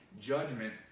judgment